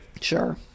Sure